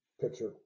picture